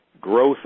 growth